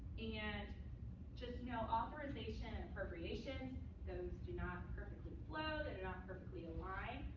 and just know authorization and appropriation those do not perfectly flow. they're not perfectly aligned.